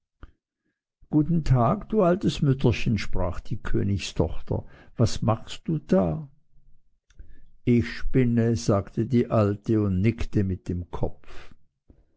guten tag du altes mütterchen sprach die königstochter was machst du da ich spinne sagte die alte und nickte mit dem kopf